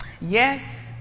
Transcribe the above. yes